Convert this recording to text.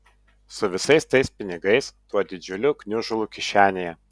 su visais tais pinigais tuo didžiuliu gniužulu kišenėje